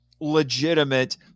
legitimate